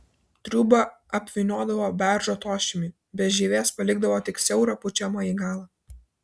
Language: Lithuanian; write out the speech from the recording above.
triūbą apvyniodavo beržo tošimi be žievės palikdavo tik siaurą pučiamąjį galą